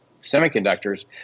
semiconductors